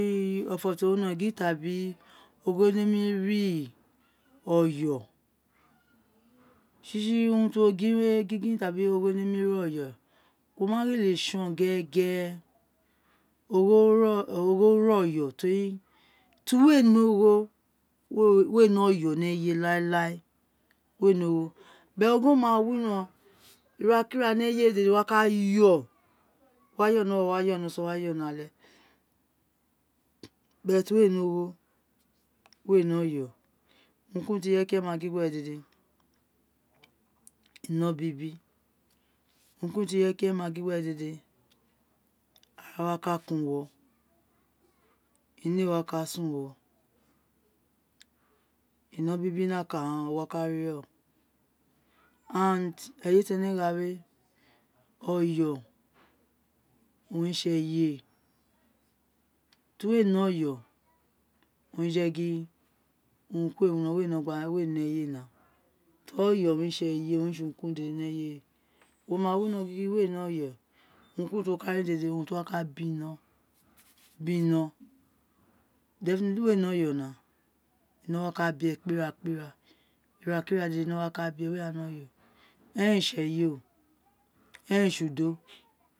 ofo ti o wino gin tabi ogho nemi rii oyo tsitsi urun ti wo gin we gin gin tabi ogho nemi rii oyo wo mageii tson gere gene ogho wo oyo teri ira tiuwo ee ni ogho bwe ee ne oya ne oyo ni eyewe we ni ogho be ogho ma wino ira ki ira ni eyewe dede wowa ka ye wa yo ni owowo wa ye ni oson wo wa yeni orun wa yoni ate ate ira ti we he ogho we ni oyo urun ki urun ti ireye ma gin gbere dede ino bibi urun ki urun ti irege ma gin gbere dede ino bibi irun ki urun ti ireye ma gin bibi urun ki urun ti ireye ma gin gbere gede ara wa kan uwo ino ee wa ka san uwo ino bibi nokan owun wo wa ka rii ren o eye ti ene gha we oyo owun re tsi eye ira ti uwo ee ni oyo o owun heje gin urun ku urun ni oye wo ma wino ggingin weni oue we wo ma wino gin gin we ni oye urun ku urun ti wo ka ri dede urun ti wo wa ka bi oye na momo wa ka bi ee kpieee kpi ira wi ira deide owun ino wa ka bree enem ee tsi eye o eren ee tsi udo